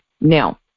Now